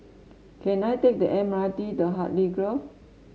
can I take the M R T to Hartley Grove